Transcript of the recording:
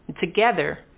Together